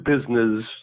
business